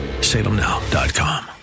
Salemnow.com